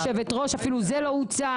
הסכמתי.